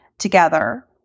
together